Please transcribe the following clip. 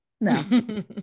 no